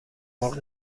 مرغ